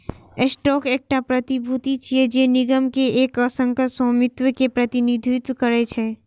stock एकटा प्रतिभूति छियै, जे निगम के एक अंशक स्वामित्व के प्रतिनिधित्व करै छै